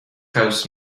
coast